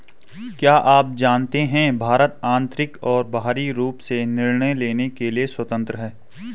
क्या आप जानते है भारत आन्तरिक और बाहरी रूप से निर्णय लेने के लिए स्वतन्त्र है?